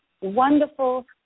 Wonderful